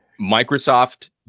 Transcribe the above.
microsoft